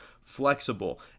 flexible